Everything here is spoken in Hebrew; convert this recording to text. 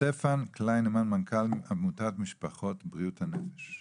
סטפן קליימן, מנכ"ל משפחות בריאות הנפש.